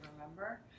remember